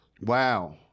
Wow